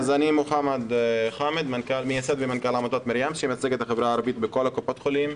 אני מייסד ומנכ"ל עמותת מרים שמייצג את החברה הערבית בכל קופות החולים,